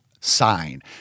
sign